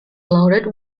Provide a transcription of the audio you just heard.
loaded